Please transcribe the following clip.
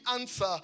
answer